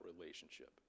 relationship